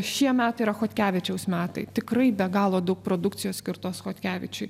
šie metai yra chodkevičiaus metai tikrai be galo daug produkcijos skirtos chodkevičiui